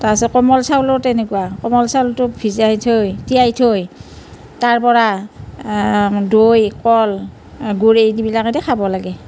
তাৰ পিছত কোমল চাউলো তেনেকুৱা কোমল চাউলটো ভিয়াই থৈ তিয়াই থৈ তাৰ পৰা দৈ কল গুড় এইবিলাকতে খাব লাগে